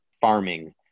farming